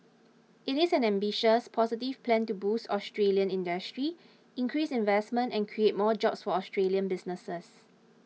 it is an ambitious positive plan to boost Australian industry increase investment and create more jobs for Australian businesses